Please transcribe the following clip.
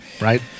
Right